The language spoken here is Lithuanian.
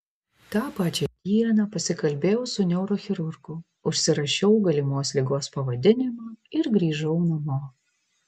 tą pačią dieną pasikalbėjau su neurochirurgu užsirašiau galimos ligos pavadinimą ir grįžau namo